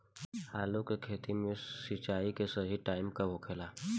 आलू के खेती मे सिंचाई के सही टाइम कब होखे ला?